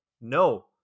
No